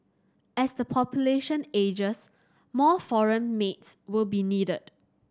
as the population ages more foreign maids will be needed